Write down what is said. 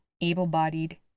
able-bodied